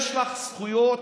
יש לך זכויות